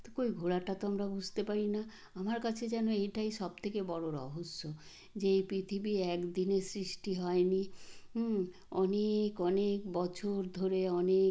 তো কই ঘোরাটা তো আমরা বুঝতে পারি না আমার কাছে যেন এইটাই সব থেকে বড়ো রহস্য যে এই পৃথিবী এক দিনে সৃষ্টি হয় নি অনেক অনেক বছর ধরে অনেক